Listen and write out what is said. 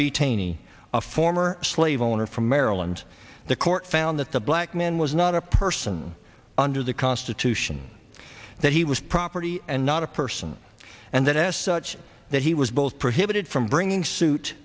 b taney a former slave owner from maryland the court found that the black man was not a person under the constitution that he was property and not a person and then s such that he was both prohibited from bringing suit